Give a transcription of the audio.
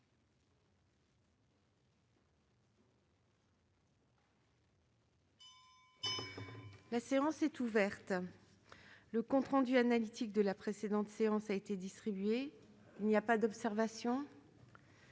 La séance est ouverte. Le compte rendu analytique de la précédente séance a été distribué. Il n'y a pas d'observation ?